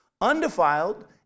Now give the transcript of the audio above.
undefiled